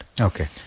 okay